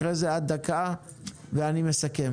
אחרי כן את תדברי דקה ואני אסכם.